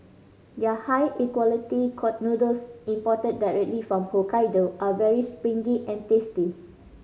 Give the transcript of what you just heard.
their high equality noodles imported directly from Hokkaido are very springy and tasty